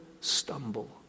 stumble